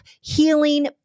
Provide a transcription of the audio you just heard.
healing